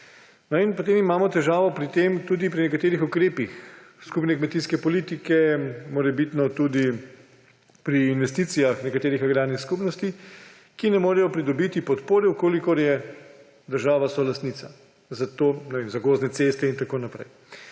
so. Potem imamo težavo pri tem tudi pri nekaterih ukrepih skupne kmetijske politike, morebitno tudi pri investicijah nekaterih agrarnih skupnosti, ki ne morejo pridobiti podpore, če je država solastnica, na primer za gozdne ceste in tako naprej.